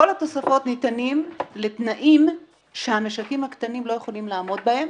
כל התוספות ניתנות לתנאים שהמשקים הקטנים לא יכולים לעמוד בהם,